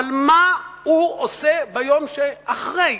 אבל מה הוא עושה ביום שאחרי?